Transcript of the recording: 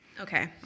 Okay